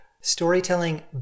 Storytelling